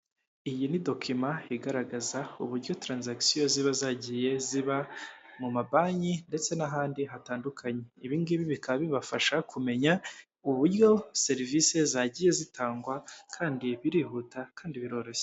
Iyi ni dokima igaragaza uburyo taranzagisiyo ziba zagiye ziba mu mabanki ndetse n'ahandi hatandukanye, ibi ngibi bikaba bibafasha kumenya uburyo serivisi zagiye zitangwa kandi birihuta kandi biroroshye.